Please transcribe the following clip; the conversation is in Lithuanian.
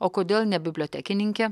o kodėl ne bibliotekininke